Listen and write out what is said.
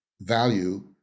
value